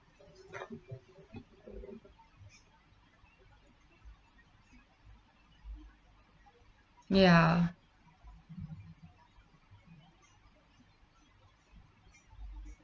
ya